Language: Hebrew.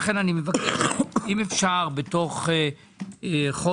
לכן אני מבקש אם אפשר בתוך חודש,